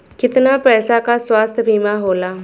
कितना पैसे का स्वास्थ्य बीमा होला?